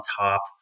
top